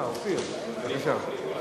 אופיר, בבקשה.